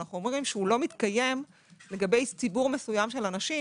הוא לא מתקיים לגבי ציבור מסוים של אנשים